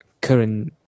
current